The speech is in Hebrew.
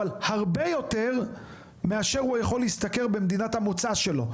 אבל הרבה יותר מאשר הוא יכול להשתכר במדינת המוצא שלו,